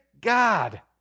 God